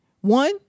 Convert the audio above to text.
one